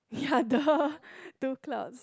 ya the two clouds